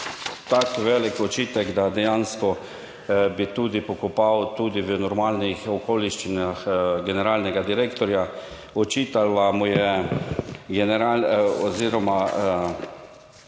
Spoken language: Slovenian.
tak velik očitek, da dejansko bi tudi pokopal tudi v normalnih okoliščinah generalnega direktorja, očitala mu je general oziroma